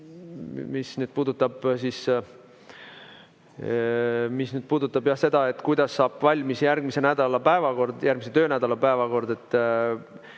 mis puudutab seda, kuidas saab valmis järgmise nädala päevakord, järgmise töönädala päevakord,